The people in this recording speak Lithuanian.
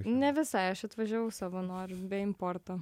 ne visai aš atvažiavau savo noru be importo